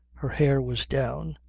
her hair was down.